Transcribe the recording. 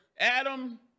Adam